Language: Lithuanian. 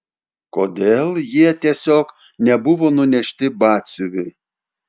kodėl jie tiesiog nebuvo nunešti batsiuviui